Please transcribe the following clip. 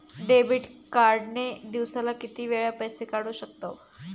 Debit card ने दिवसाला किती वेळा पैसे काढू शकतव?